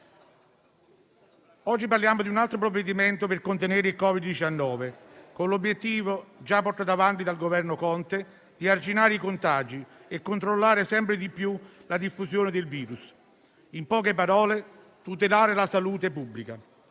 oggi parliamo di un altro provvedimento per contenere il Covid-19, con l'obiettivo, già portato avanti dal Governo Conte, di arginare i contagi e controllare sempre di più la diffusione del virus; in poche parole, tutelare la salute pubblica.